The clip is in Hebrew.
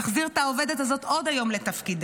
תחזיר את העובדת הזאת עוד היום לתפקידה.